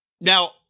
Now